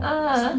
uh